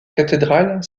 cathédrale